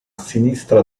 sinistra